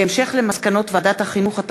בהמשך למסקנות ועדת החינוך,